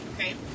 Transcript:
okay